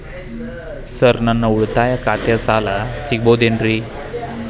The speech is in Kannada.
ಸರ್ ನನ್ನ ಉಳಿತಾಯ ಖಾತೆಯ ಸಾಲ ಸಿಗಬಹುದೇನ್ರಿ?